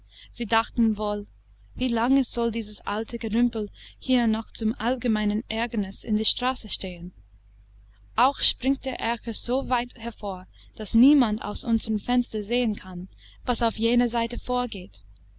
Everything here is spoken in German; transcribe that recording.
sie dachten wohl wie lange soll dieses alte gerümpel hier noch zum allgemeinen ärgernis in der straße stehen auch springt der erker so weit hervor daß niemand aus unsern fenstern sehen kann was auf jener seite vorgeht